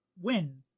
win